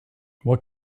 what